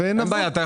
עכשיו אנחנו